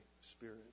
spirit